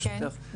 ברשותך,